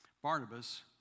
Barnabas